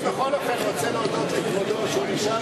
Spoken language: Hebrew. אני בכל אופן רוצה להודות לכבודו שנשאר